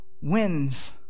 wins